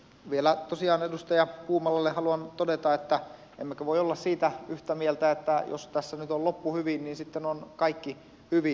vielä tosiaan edustaja puumalalle haluan todeta että emmekö voi olla siitä yhtä mieltä että jos tässä nyt on loppu hyvin niin sitten on kaikki hyvin